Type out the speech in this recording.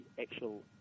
actual